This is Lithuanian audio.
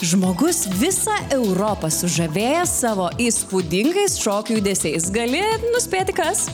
žmogus visą europą sužavėjęs savo įspūdingais šokio judesiais gali nuspėti kas